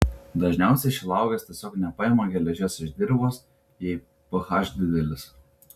dažniausiai šilauogės tiesiog nepaima geležies iš dirvos jei ph didelis